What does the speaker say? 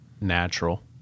natural